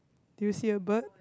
do you see a bird